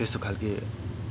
त्यस्तो खाल्के